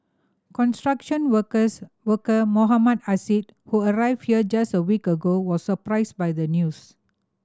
construction workers worker Mohammad Assad who arrived here just a week ago was surprised by the news